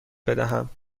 بدهم